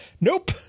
nope